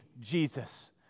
Jesus